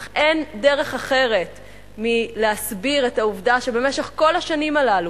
אך אין דרך אחרת מלהסביר את העובדה שבמשך כל השנים הללו,